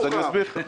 אני מסביר לך.